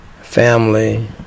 family